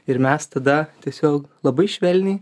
ir mes tada tiesiog labai švelniai